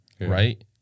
right